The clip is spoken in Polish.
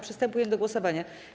Przystępujemy do głosowania.